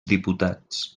diputats